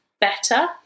better